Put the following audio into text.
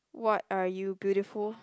what are you beautiful